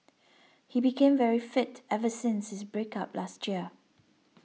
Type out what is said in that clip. he became very fit ever since his break up last year